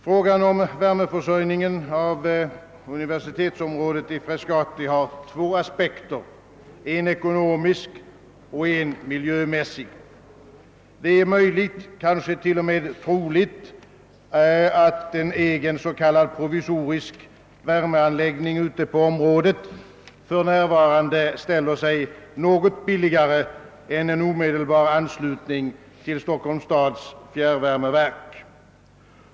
Denna fråga har två aspekter, en ekonomisk och en miljömässig. Det är möjligt och kanske t.o.m. troligt att en egen s.k. provisorisk värmeanläggning ute på området för närvarande ställer sig något billigare än en omedelbar anslutning till Stockholms stads fjärrvärmeverk.